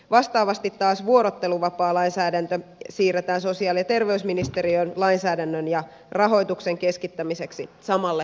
vastaavasti taas vuorotteluvapaalainsäädäntö siirretään sosiaali ja terveysministeriön lainsäädännön ja rahoituksen keskittämiseksi samalle hallinnonalalle